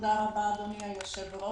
ותודה רבה אדוני היושב ראש.